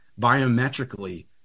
biometrically